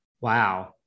Wow